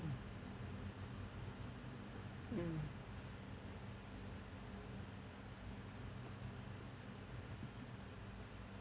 mm mm